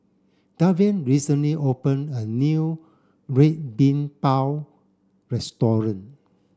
Davian recently open a new Red Bean Bao restaurant